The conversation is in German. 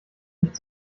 nicht